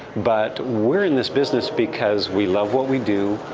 but we're in this business because we love what we do.